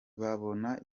babona